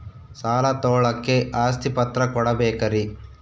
ಸಾಲ ತೋಳಕ್ಕೆ ಆಸ್ತಿ ಪತ್ರ ಕೊಡಬೇಕರಿ?